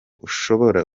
ushobora